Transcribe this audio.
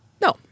No